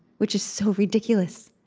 which is so ridiculous,